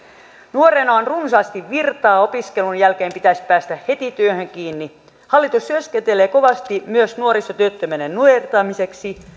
nuorena on runsaasti virtaa opiskelun jälkeen pitäisi päästä heti työhön kiinni hallitus työskentelee kovasti myös nuorisotyöttömyyden nujertamiseksi